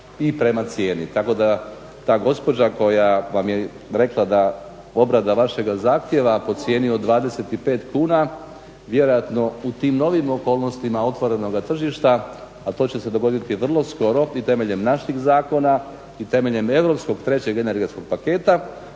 i prema cijeni, tako da, ta gospođa koja vam je rekla da obrada vašega zahtjeva po cijeni od 25 kuna vjerojatno u tim novim okolnostima otvorenoga tržišta a to će se dogoditi vrlo skoro i temeljem naših zakona i temeljem europskog trećeg energetskog paketa,